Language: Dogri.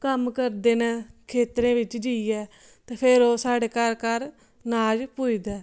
कम्म करदे नै खेत्तरें बिच्च जाइयै ते फिर ओह् स्हाड़े घर घर अनाज पुजदा ऐ